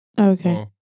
Okay